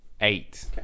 Eight